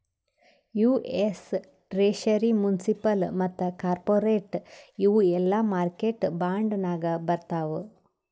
US treasury, municipal ಮತ್ತ corporate ಇವು ಎಲ್ಲಾ ಮಾರ್ಕೆಟ್ ಬಾಂಡ್ ನಾಗೆ ಬರ್ತಾವ್